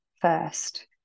first